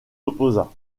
opposa